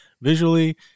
Visually